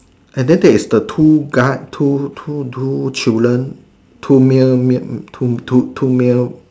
and then there is the two guard two two two children two male male two two male